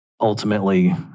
ultimately